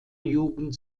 jugend